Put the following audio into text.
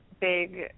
big